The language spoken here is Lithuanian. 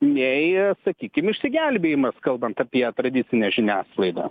nei sakykim išsigelbėjimas kalbant apie tradicinę žiniasklaidą